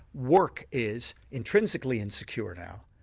work is intrinsically insecure now,